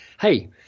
hey